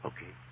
Okay